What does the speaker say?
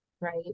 right